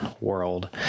world